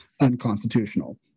unconstitutional